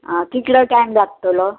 आं कितलो टायम लागतलो